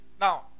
now